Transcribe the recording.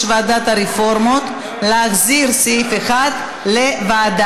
ועדת הרפורמות להחזיר את סעיף 1 לוועדה.